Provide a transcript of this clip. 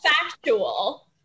factual